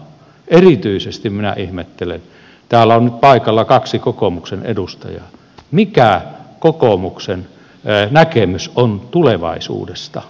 erityisesti minä ihmettelen täällä on nyt paikalla kaksi kokoomuksen edustajaa mikä kokoomuksen näkemys on tulevaisuudesta